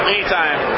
Anytime